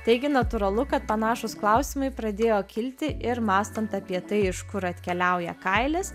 taigi natūralu kad panašūs klausimai pradėjo kilti ir mąstant apie tai iš kur atkeliauja kailis